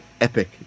epic